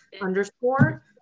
underscore